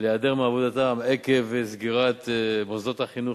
להיעדר מעבודתם עקב סגירת מוסדות החינוך